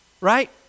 right